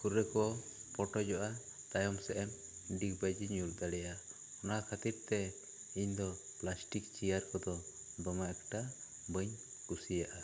ᱠᱷᱩᱨᱟᱹ ᱠᱚ ᱯᱚᱴᱚᱡᱚᱜᱼᱟ ᱛᱟᱭᱚᱢ ᱥᱮᱜ ᱮᱢ ᱰᱤᱜᱽᱵᱟᱹᱡᱤᱜ ᱧᱩᱨ ᱫᱟᱲᱮᱭᱟᱜᱼᱟ ᱚᱱᱟ ᱠᱷᱟᱹᱛᱤᱨ ᱛᱮ ᱤᱧ ᱫᱚ ᱯᱞᱟᱥᱴᱤᱠ ᱪᱮᱭᱟᱨ ᱠᱚ ᱫᱚ ᱫᱚᱢᱮ ᱮᱠᱴᱟ ᱵᱟᱹᱧ ᱠᱩᱥᱤᱭᱟᱜᱼᱟ